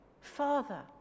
Father